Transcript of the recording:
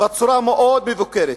בצורה מאוד מבוקרת.